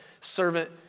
servant